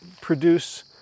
produce